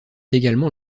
également